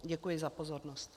Děkuji za pozornost.